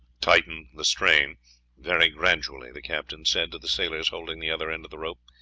tighten the strain very gradually, the captain said to the sailors holding the other end of the rope.